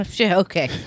okay